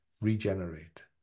regenerate